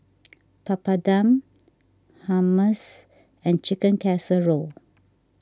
Papadum Hummus and Chicken Casserole